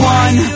one